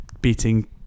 beating